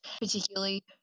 particularly